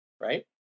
right